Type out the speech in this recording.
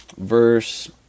Verse